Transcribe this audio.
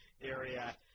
area